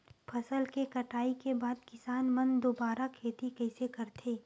फसल के कटाई के बाद किसान मन दुबारा खेती कइसे करथे?